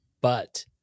but-